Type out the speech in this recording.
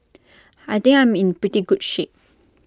I think I'm in pretty good shape